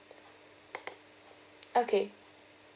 okay